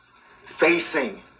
Facing